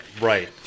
right